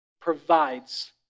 provides